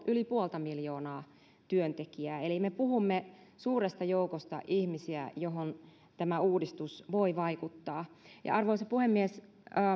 yli puolta miljoonaa työntekijää eli me puhumme suuresta joukosta ihmisiä johon tämä uudistus voi vaikuttaa arvoisa puhemies